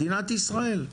מדינת ישראל.